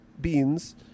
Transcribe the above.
beans